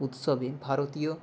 উৎসবে ভারতীয়